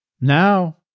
Now